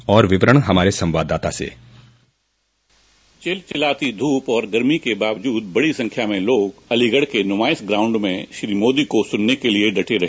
और विवरण हमारे संवाददाता से चिलचिलाती धूप और गर्मी के बावजूद बड़ी संख्या में लोग अलीगढ़ के नुमाइश ग्राउंड में श्री मोदी को सुनने के लिए डटे रहे